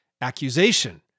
accusation